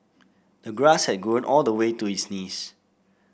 the grass had grown all the way to his knees